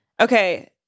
Okay